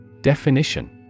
Definition